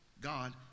God